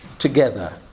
Together